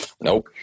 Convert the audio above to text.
Nope